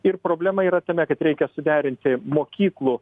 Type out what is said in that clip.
ir problema yra tame kad reikia suderinti mokyklų